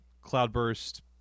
Cloudburst